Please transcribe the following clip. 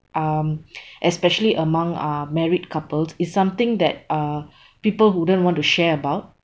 um especially among uh married couples is something that uh people wouldn't want to share about